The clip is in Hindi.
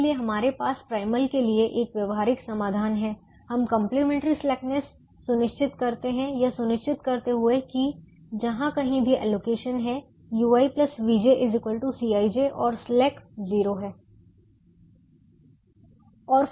इसलिए हमारे पास प्राइमल के लिए एक व्यावहारिक समाधान है हम कंप्लीमेंट्री स्लैकनेस सुनिश्चित करते हैं यह सुनिश्चित करते हुए कि जहाँ कहीं भी एलोकेशन है ui vj Cij और स्लैक 0 है